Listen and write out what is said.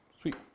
Sweet